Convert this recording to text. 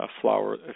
flower